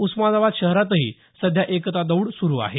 उस्मानाबाद शहरातही सध्या एकता दौड सुरू आहे